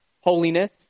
holiness